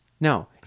No